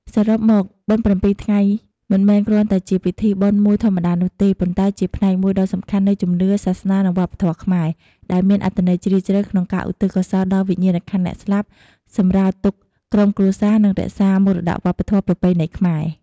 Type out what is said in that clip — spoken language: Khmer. សរុបមក បុណ្យប្រាំពីរថ្ងៃ មិនមែនគ្រាន់តែជាពិធីបុណ្យមួយធម្មតានោះទេ ប៉ុន្តែជាផ្នែកមួយដ៏សំខាន់នៃជំនឿ សាសនា និងវប្បធម៌ខ្មែរ ដែលមានអត្ថន័យជ្រាលជ្រៅក្នុងការឧទ្ទិសកុសលដល់វិញ្ញាណក្ខន្ធអ្នកស្លាប់ សម្រាលទុក្ខក្រុមគ្រួសារ និងរក្សាមរតកវប្បធម៌ប្រពៃណីខ្មែរ។